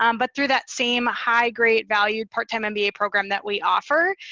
um but through that same high-grade valued part-time and mba program that we offer.